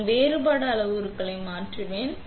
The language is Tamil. நான் வேறுபாடு அளவுருக்களை மாற்றுவேன்